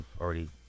already